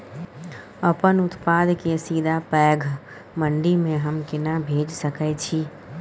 अपन उत्पाद के सीधा पैघ मंडी में हम केना भेज सकै छी?